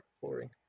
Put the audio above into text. boring